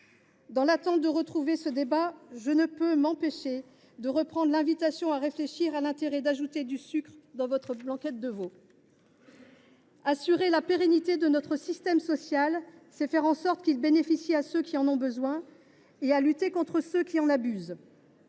des sucres ajoutés. D’ici là, je ne peux m’empêcher de reprendre l’invitation à réfléchir à l’intérêt d’ajouter du sucre dans votre blanquette de veau ! Assurer la pérennité de notre système social, c’est faire en sorte qu’il bénéficie à ceux qui en ont besoin ; c’est aussi lutter contre ceux qui en abusent.